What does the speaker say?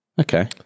Okay